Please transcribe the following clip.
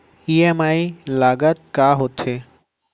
EMI लागत का होथे?